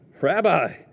Rabbi